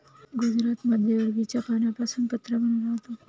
गुजरातमध्ये अरबीच्या पानांपासून पत्रा बनवला जातो